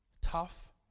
Tough